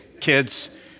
kids